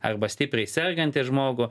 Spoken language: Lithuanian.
arba stipriai sergantį žmogų